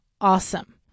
awesome